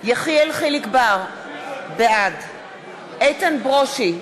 יחיאל חיליק בר, בעד איתן ברושי,